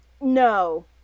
No